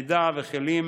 מידע וכלים